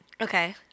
Okay